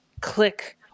click